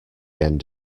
end